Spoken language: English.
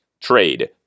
trade